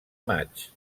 maig